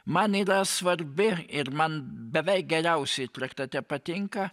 man yra svarbi ir man beveik geriausiai traktate patinka